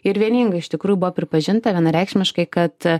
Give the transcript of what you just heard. ir vieningai iš tikrųjų buvo pripažinta vienareikšmiškai kad